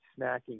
snacking